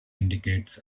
indicates